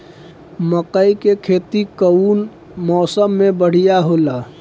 मकई के खेती कउन मौसम में बढ़िया होला?